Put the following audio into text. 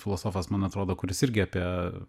filosofas man atrodo kuris irgi apie